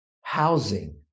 housing